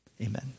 Amen